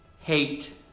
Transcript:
hate